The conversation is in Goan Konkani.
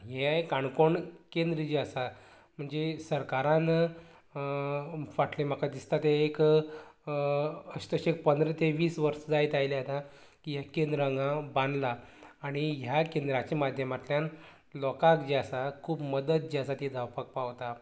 हें काणकोण केंद्र जें आसा म्हणजे सरकारान फाटलें म्हाका दिसता तें एक अशें तशें पंदरा ते वीस वर्सां जायत आयल्यां तेका की हें केंद्र हांगा बांदलां आणी ह्या केंद्राच्या माध्यमांतल्यान लोकांक जें आसा खूब मदत जी आसा ती जावपाक पावता